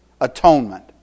atonement